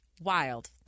Wild